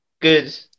good